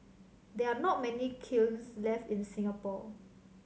there are not many kilns left in Singapore